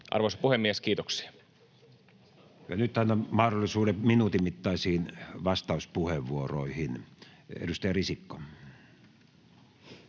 10:16 Content: Ja nyt annan mahdollisuuden minuutin mittaisiin vastauspuheenvuoroihin. — Edustaja Risikko.